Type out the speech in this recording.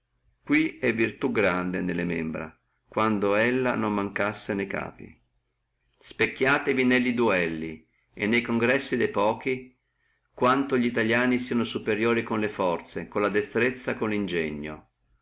qui è virtù grande nelle membra quando non la mancassi ne capi specchiatevi ne duelli e ne congressi de pochi quanto li italiani sieno superiori con le forze con la destrezza con lo ingegno